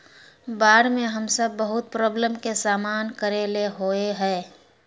बाढ में हम सब बहुत प्रॉब्लम के सामना करे ले होय है?